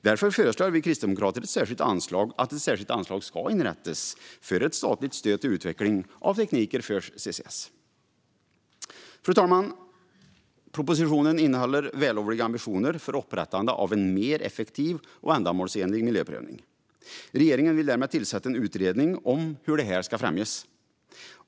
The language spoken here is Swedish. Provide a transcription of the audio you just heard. Därför föreslår vi kristdemokrater att ett särskilt anslag inrättas för ett statligt stöd till utveckling av tekniker för CCS. Fru talman! Propositionen innehåller vällovliga ambitioner för upprättande av en mer effektiv och ändamålsenlig miljöprövning. Regeringen vill därmed tillsätta en utredning om hur detta ska främjas.